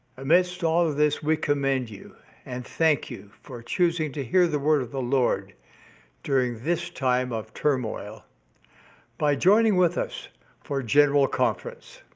amidst all of this, we commend you and thank you for choosing to hear the word of the lord during this time of turmoil by joining with us for general conference.